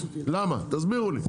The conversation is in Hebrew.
למה, תסבירו לי.